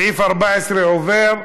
סעיף 14 עובר.